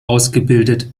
ausgebildet